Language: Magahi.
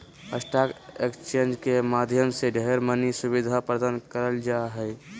स्टाक एक्स्चेंज के माध्यम से ढेर मनी सुविधा प्रदान करल जा हय